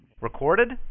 Recorded